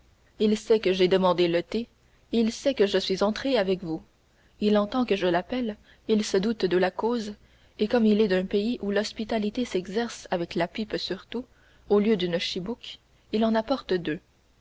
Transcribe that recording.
il sait que j'ai demandé le thé il sait que je suis rentré avec vous il entend que je l'appelle il se doute de la cause et comme il est d'un pays où l'hospitalité s'exerce avec la pipe surtout au lieu d'une chibouque il en apporte deux